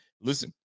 listen